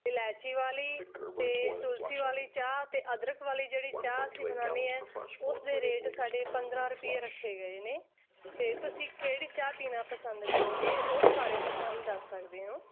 ਇਲਾਚੀ ਵਾਲੀ ਅਤੇ ਤੁਲਸੀ ਵਾਲੀ ਚਾਹ ਅਤੇ ਅਦਰਕ ਵਾਲੀ ਜਿਹੜੀ ਚਾਹ ਅਸੀਂ ਬਣਾਉਂਦੇ ਹਾਂ ਉਸ ਦੇ ਰੇਟ ਸਾਡੇ ਪੰਦਰਾਂ ਰੁਪਈਏ ਰੱਖੇ ਗਏ ਨੇ ਅਤੇ ਤੁਸੀਂ ਕਿਹੜੀ ਚਾਹ ਪੀਣਾ ਪਸੰਦ ਕਰੋਗੇ ਉਸ ਬਾਰੇ ਤੁਸੀਂ ਸਾਨੂੰ ਦੱਸ ਸਕਦੇ ਹੋ